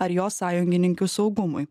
ar jos sąjungininkių saugumui